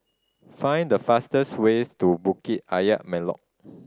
find the fastest ways to Bukit Ayer Molek